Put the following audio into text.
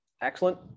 excellent